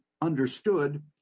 understood